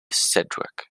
sedgwick